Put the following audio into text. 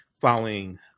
following